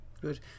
good